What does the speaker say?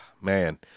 man